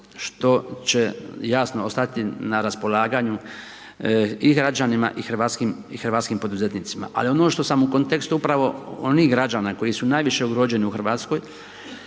što će jasno ostati na raspolaganju i građanima i hrvatskim poduzetnicima. Ali ono što sam u kontekstu upravo, onih građana koji su najviše ugroženi u Hrvatskoj,